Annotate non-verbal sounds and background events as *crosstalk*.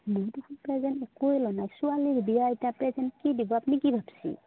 *unintelligible*